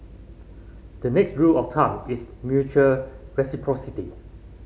the next rule of thumb is mutual reciprocity